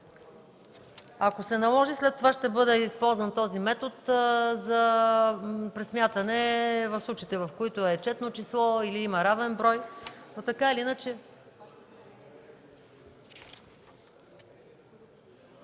Ако се наложи, след това ще бъде използван този метод за пресмятане в случаите, в които е четно число, или има равен брой. Да отпадне